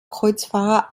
kreuzfahrer